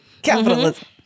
Capitalism